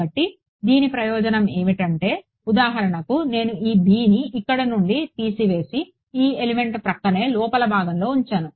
కాబట్టి దీని ప్రయోజనం ఏమిటంటే ఉదాహరణకు నేను ఈ బిని ఇక్కడి నుండి తీసివేసి ఈ ఎలిమెంట్ ప్రక్కనే లోపలి భాగంలో ఉంచాను